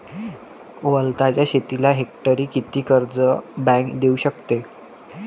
वलताच्या शेतीले हेक्टरी किती कर्ज बँक देऊ शकते?